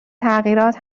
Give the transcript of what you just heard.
تغییرات